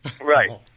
Right